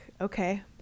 okay